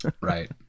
Right